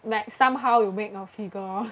like somehow you make your figure